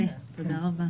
יפה, תודה רבה.